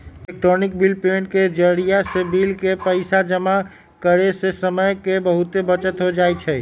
electronic bill payment के जरियासे bill के पइसा जमा करेयसे समय के बहूते बचत हो जाई छै